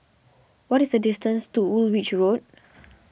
what is the distance to Woolwich Road